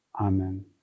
Amen